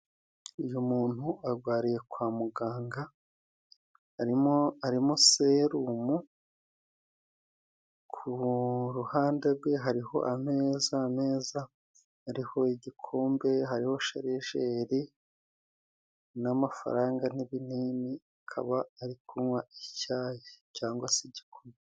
Uyu muntu arwariye kwa muganga arimo arimo serumu ku ruhande rwe hariho ameza ameza hariho igikombe, hariho sharijeri n'amafaranga arimo ibinini, akaba ari kunywa icyayi cyangwa se igikoma.